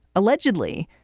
allegedly,